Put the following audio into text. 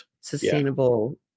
sustainable